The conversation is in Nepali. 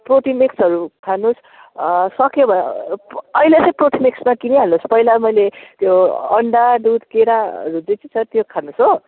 प्रोटिन एक्सहरू खानुहोस् सके भनेअहिले चाहिँ प्रोटिन एक्स नकिनिहाल्नुहोस् पहिला मैले त्यो अन्डा दुध केराहरू जे जे छ त्यो खानुहोस् हो